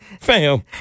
Fam